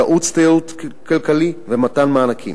ייעוץ כלכלי ומתן מענקים,